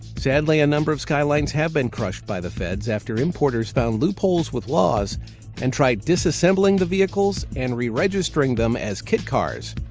sadly, a number of skylines have been crushed by the feds after importers found loopholes with laws and tried disassembling the vehicles and re-registering them as kit cars.